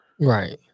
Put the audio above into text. Right